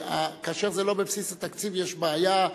כאשר זה לא בבסיס התקציב, יש בעיה.